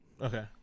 Okay